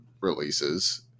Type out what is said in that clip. releases